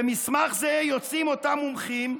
במסמך זה יוצאים אותם מומחים,